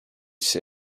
się